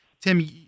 Tim